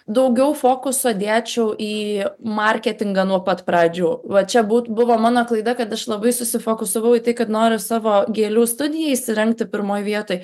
daugiau fokusą dėčiau į marketingą nuo pat pradžių va čia būt buvo mano klaida kad aš labai susifokusavau į tai kad noriu savo gėlių studiją įsirengti pirmoj vietoj